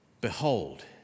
Behold